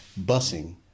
busing